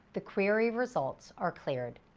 the query results are cleared.